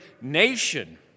nation